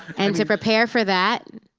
and to prepare for that,